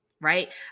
Right